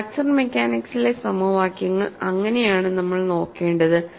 fracture മെക്കാനിക്സിലെ സമവാക്യങ്ങൾ അങ്ങനെയാണ് നമ്മൾ നോക്കേണ്ടത്